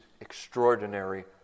extraordinary